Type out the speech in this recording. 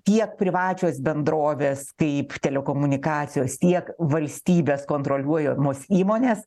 tiek privačios bendrovės kaip telekomunikacijos tiek valstybės kontroliuojamos įmonės